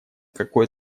какое